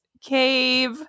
cave